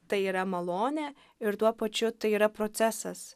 tai yra malonė ir tuo pačiu tai yra procesas